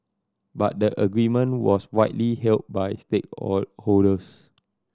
but the agreement was widely hailed by stake holders